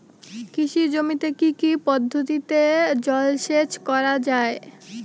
কৃষি জমিতে কি কি পদ্ধতিতে জলসেচ করা য়ায়?